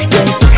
Yes